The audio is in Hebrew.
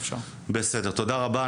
תודה רבה.